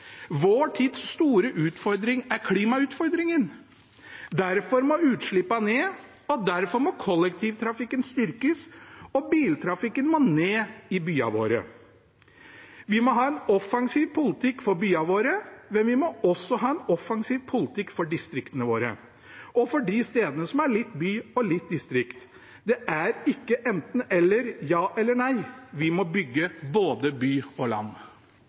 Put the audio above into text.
Vår tids store utfordring er klimautfordringen. Derfor må utslippene ned, og derfor må kollektivtrafikken styrkes og biltrafikken ned i byene våre. Vi må ha en offensiv politikk for byene våre, men vi må også ha en offensiv politikk for distriktene våre og for de stedene som er litt by og litt distrikt. Det er ikke enten–eller, ja eller nei. Vi må bygge både by og land.